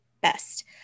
best